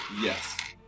Yes